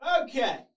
Okay